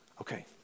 Okay